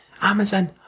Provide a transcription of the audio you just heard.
Amazon